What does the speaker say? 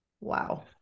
Wow